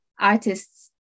artists